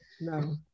No